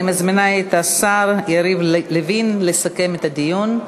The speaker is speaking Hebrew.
אני מזמינה את השר יריב לוין לסכם את הדיון.